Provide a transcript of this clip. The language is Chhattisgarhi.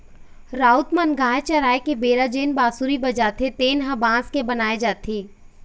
राउत मन गाय चराय के बेरा जेन बांसुरी बजाथे तेन ह बांस के बनाए जाथे